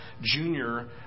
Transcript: junior